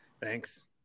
Thanks